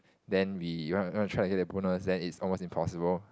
then we wanna tryna earn the bonus is almost impossible